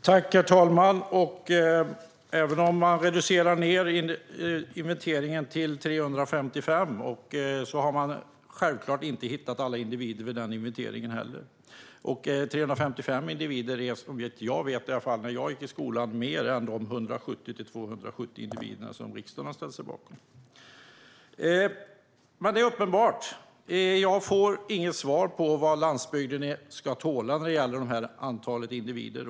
Herr talman! Även om man reducerar ned det antal som har kommit fram vid inventeringen till 355 har man självklart inte hittat alla individer vid den inventeringen heller. Och 355 individer är såvitt jag vet mer än de 170-270 individer som riksdagen har ställt sig bakom. Det är uppenbart att jag inte får något svar på vad landsbygden ska tåla när det gäller antalet vargar.